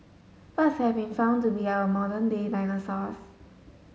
birds have been found to be our modern day dinosaurs